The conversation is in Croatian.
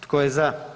Tko je za?